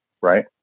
Right